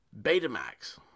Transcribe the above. Betamax